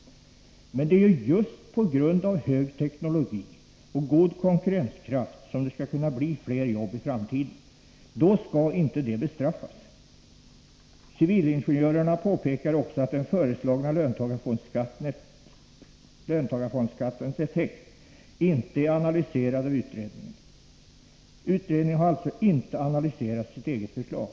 Men det är ju just på grund av hög teknologi och god konkurrenskraft som det skall kunna bli fler jobb i framtiden. Då skall inte detta bestraffas. Civilingenjörerna påpekar också att den föreslagna löntagarfondsskattens effekt inte är analyserad av utredningen. Utredningen har alltså inte analyserat sitt eget förslag.